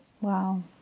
Wow